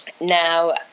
Now